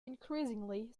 increasingly